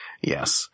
Yes